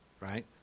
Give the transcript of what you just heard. right